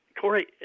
Corey